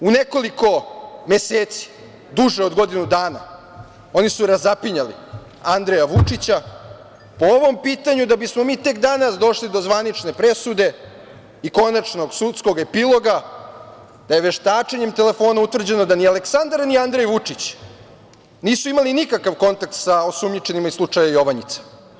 U nekoliko meseci, duže od godinu dana oni su razapinjali Andreja Vučića po ovom pitanju da bismo mi tek danas došli do zvanične presude i konačnog sudskog epiloga da je veštačenjem telefona utvrđeno da ni Aleksandar ni Andrej Vučić nisu imali nikakav kontakt sa osumnjičenima iz slučajevima „Jovanjice“